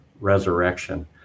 resurrection